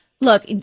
look